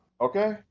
okay